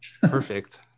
perfect